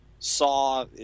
saw